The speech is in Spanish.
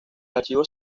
archivos